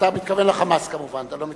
אתה מתכוון ל"חמאס", כמובן, אתה לא מתכוון,